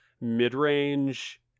mid-range